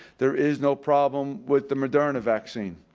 there is no problem with the moderna vaccine.